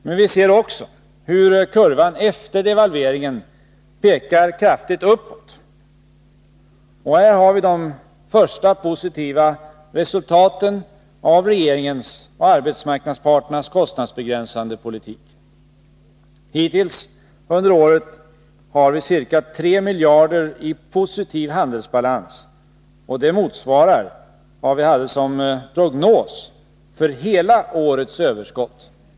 Men vi ser också hur kurvan efter devalveringen pekar kraftigt uppåt. Här har vi de första positiva resultaten av regeringens och arbetsmarknadsparternas kostnadsbegränsande politik. Hittills under året har vi ca 3 miljarder i positiv handelsbalans — det motsvarar vad vi hade som prognos för hela årets överskott.